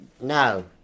No